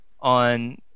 on